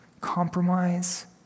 compromise